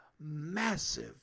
massive